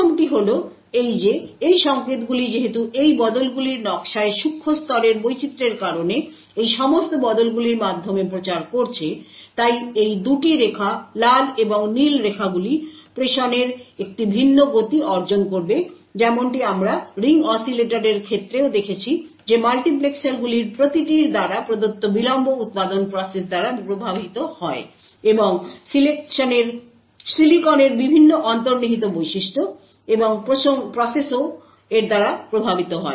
প্রথমটি হল এই যে এই সংকেতগুলি যেহেতু এই বদলগুলির নকশায় সূক্ষ্ণ স্তরের বৈচিত্র্যের কারণে এই সমস্ত বদলগুলির মাধ্যমে প্রচার করছে তাই এই 2 টি রেখা লাল এবং নীল রেখাগুলি প্রেষণের একটি ভিন্ন গতি অর্জন করবে যেমনটি আমরা রিং অসিলেটরের ক্ষেত্রেও দেখেছি যে মাল্টিপ্লেক্সারগুলির প্রতিটির দ্বারা প্রদত্ত বিলম্ব উত্পাদন প্রসেস দ্বারা প্রভাবিত হয় এবং সিলিকনের বিভিন্ন অন্তর্নিহিত বৈশিষ্ট্য এবং প্রসেসও এর দ্বারা প্রভাবিত হয়